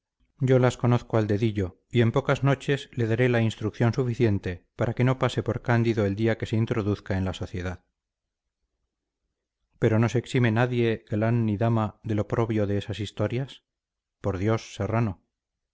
yo las conozco al dedillo y en pocas noches le daré la instrucción suficiente para que no pase por cándido el día que se introduzca en la sociedad pero no se exime nadie galán ni dama del oprobio de esas historias por dios serrano